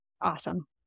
Awesome